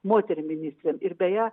moterim ministrėm ir beje